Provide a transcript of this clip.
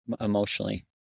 emotionally